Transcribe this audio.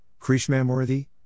Krishnamurthy